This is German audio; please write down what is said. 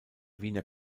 wiener